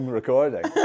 recording